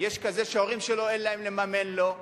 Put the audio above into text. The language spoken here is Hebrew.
יש כזה שלהורים שלו אין לממן לו,